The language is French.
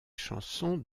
chansons